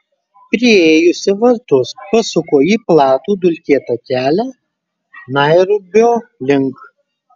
priėjusi vartus pasuko į platų dulkėtą kelią nairobio link